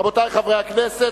רבותי חברי הכנסת,